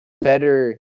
better